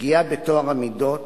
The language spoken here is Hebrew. פגיעה בטוהר המידות,